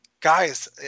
guys